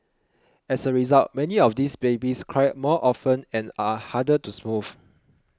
as a result many of these babies cry more often and are harder to soothe